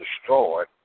destroyed